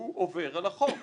הוא עובר על החוק.